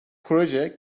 proje